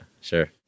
sure